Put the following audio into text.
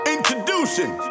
Introducing